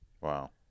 Wow